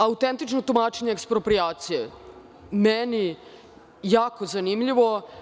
Autentično tumačenje eksproprijacije, meni jako zanimljivo.